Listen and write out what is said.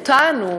אותנו,